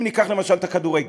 אם ניקח, למשל, את הכדורגל,